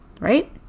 right